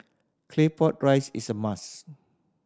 Claypot Rice is a must